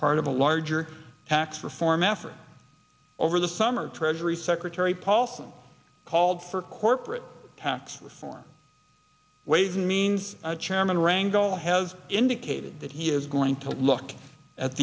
part of a larger tax reform effort over the summer treasury secretary paulson called for corporate tax reform ways and means chairman rangle has indicated that he is going to look at